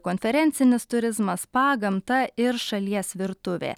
konferencinis turizmas spa gamta ir šalies virtuvė